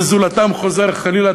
וזולתם חוזר חלילה,